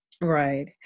Right